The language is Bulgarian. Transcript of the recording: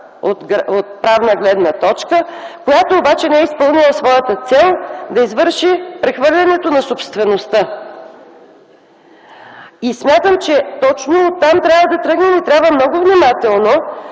действителна сделка, която обаче не е изпълнила своята цел - да извърши прехвърлянето на собствеността. Смятам, че точно оттам трябва да тръгнем и много внимателно